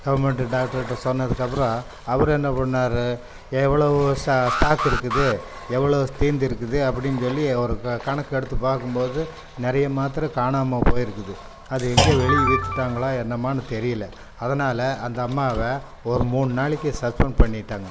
government டாக்ட்ருகிட்ட சொன்னதுக்கப்புறம் அவரு என்ன பண்ணிணாரு எவ்வளவோ சா ஸ்டாக் இருக்குது எவ்வளோ தீர்ந்து இருக்குது அப்படின் சொல்லி ஒரு க கணக்கெடுத்து பார்க்கும்போது நிறைய மாத்திர காணாமல் போயிருக்குது அது எங்கேயோ வெளியே விற்றுட்டாங்களா என்னாமாேனு தெரியல அதனால் அந்த அம்மாவை ஒரு மூணு நாளைக்கு சஸ்பண்ட் பண்ணிவிட்டாங்க